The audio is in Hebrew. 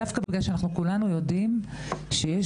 דווקא בלל שכולנו יודעים שיש